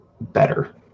better